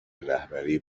رهبری